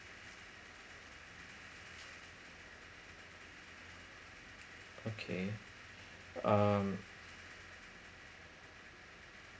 okay um